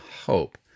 hope